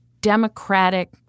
democratic